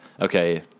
okay